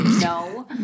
No